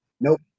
Nope